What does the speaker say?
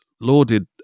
lauded